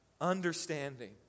understanding